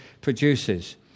produces